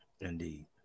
Indeed